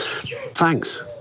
Thanks